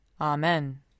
Amen